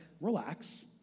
relax